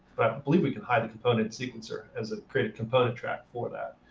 believe we can hide the component sequencer as a creative component track for that,